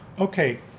Okay